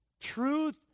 truth